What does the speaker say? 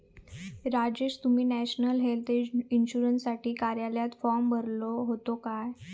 राजेश, तुम्ही national health इन्शुरन्ससाठी कार्यालयात फॉर्म भरलो होतो काय?